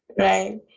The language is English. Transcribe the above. Right